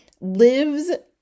lives